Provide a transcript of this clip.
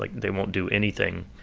like they won't do anything.